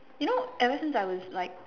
you know ever since I was like